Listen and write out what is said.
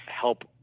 help